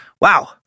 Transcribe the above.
Wow